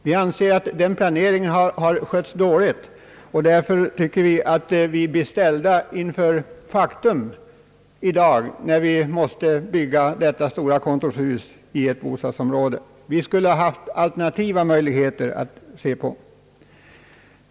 Vi anser att planeringen skötts dåligt och vi tycker att vi i dag blir ställda inför fullbordat faktum, när vi måste besluta om detta stora kontorshus i ett bostadsområde. Vi skulle haft alternativa möjligheter att se på.